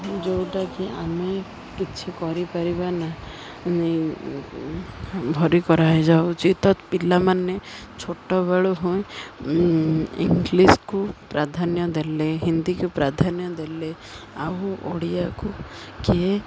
ଯେଉଁଟାକି ଆମେ କିଛି କରିପାରିବା ନା ଭରି କରାଯାଉଛି ତ ପିଲାମାନେ ଛୋଟବେଳୁ ହୁଏ ଇଂଲିଶ୍କୁ ପ୍ରାଧାନ୍ୟ ଦେଲେ ହିନ୍ଦୀକୁ ପ୍ରାଧାନ୍ୟ ଦେଲେ ଆଉ ଓଡ଼ିଆକୁ କିଏ